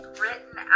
written